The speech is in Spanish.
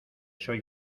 soy